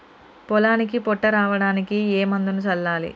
పొలానికి పొట్ట రావడానికి ఏ మందును చల్లాలి?